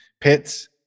pits